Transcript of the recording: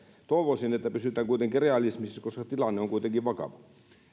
toivoisin että pysytään kuitenkin realismissa koska tilanne on vakava